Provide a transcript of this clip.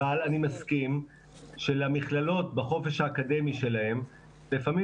אבל אני מסכים שלמכללות בחופש האקדמי שלהן לפעמים